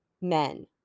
men